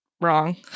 wrong